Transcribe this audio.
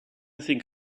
think